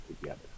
together